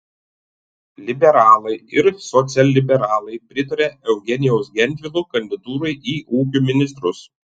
liberalai ir socialliberalai pritaria eugenijaus gentvilo kandidatūrai į ūkio ministrus